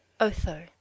Otho